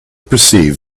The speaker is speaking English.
perceived